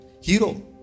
Hero